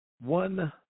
One